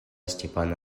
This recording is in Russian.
степана